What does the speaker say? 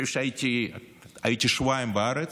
אני חושב שהייתי שבועיים בארץ,